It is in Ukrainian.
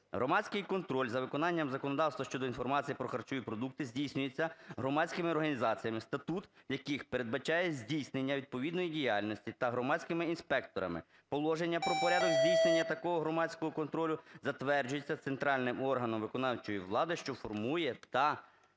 Громадський контроль за виконанням законодавства щодо інформації про харчові продукти здійснюється громадськими організаціями, статут яких передбачає здійснення відповідної діяльності, та громадськими інспекторами. Положення про порядок здійснення такого громадського контролю затверджується центральним органом виконавчої влади, що формує та